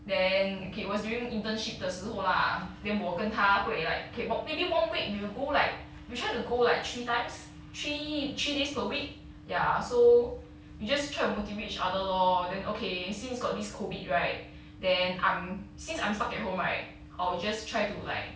then okay it was during internship 的时候 lah then 我跟他会 like K pop maybe one week we will go like we try to go like three times three three days per week ya so we just try to motivate each other lor then okay since got this COVID right then I'm since I'm stuck at home right I'll just try to like